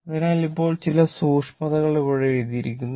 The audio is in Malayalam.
അതിനാൽ ഇപ്പോൾ ചില സൂക്ഷ്മതകൾ ഇവിടെ എഴുതിയിരിക്കുന്നു